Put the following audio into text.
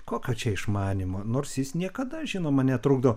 kokio čia išmanymo nors jis niekada žinoma netrukdo